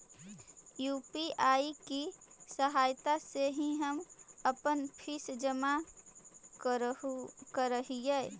UPI की सहायता से ही हम अपन फीस जमा करअ हियो